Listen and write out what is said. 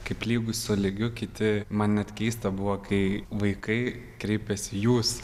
kaip lygus su lygiu kiti man net keista buvo kai vaikai kreipiasi jūs